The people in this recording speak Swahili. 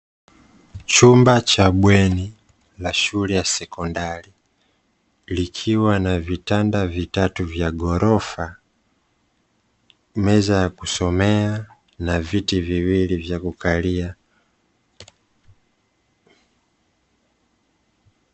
Chumba cha bweni la shule ya sekondari likiwa na vitanda vitatu vya ghorofa, meza ya kusomea na viti viwili vya kukalia.